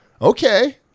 Okay